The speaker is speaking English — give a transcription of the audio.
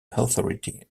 authority